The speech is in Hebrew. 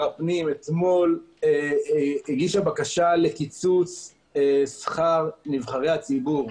הפנים אתמול - הגישה בקשה לקיצוץ שכר נבחרי הציבור.